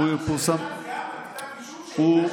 אבל אמרת שזה חל גם על כתב אישום